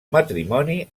matrimoni